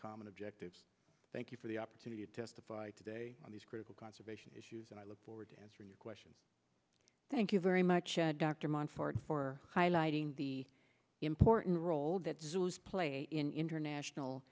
common objectives thank you for the opportunity to testify today on these critical conservation issues and i look forward to answering your question thank you very much dr montfort for highlighting the important role that zulus play in international